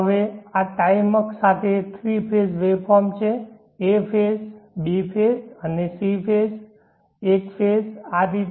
હવે આ ટાઈમ અક્ષ સાથે થ્રી ફેઝ વેવફોર્મ છે a phase b phase c phase એક ફેઝ આ રીતે